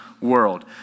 world